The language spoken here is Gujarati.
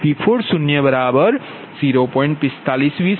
4520 p